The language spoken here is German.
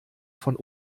von